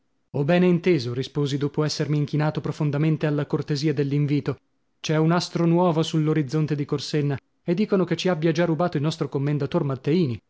ho bene inteso risposi dopo essermi inchinato profondamente alla cortesia dell'invito c'è un astro nuovo sull'orizzonte di corsenna e dicono che ci abbia già rubato il nostro commendator matteini